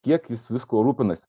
kiek jis viskuo rūpinasi